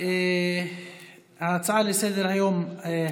ההצעה לסדר-היום בנושא: